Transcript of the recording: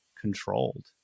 controlled